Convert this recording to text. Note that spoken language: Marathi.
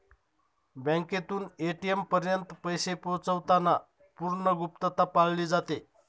बँकेतून ए.टी.एम पर्यंत पैसे पोहोचवताना पूर्ण गुप्तता पाळली जाते